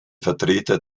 vertreter